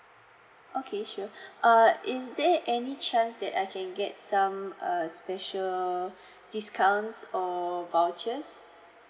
okay sure uh is there any chance that I can get some err special discounts or vouchers